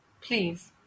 Please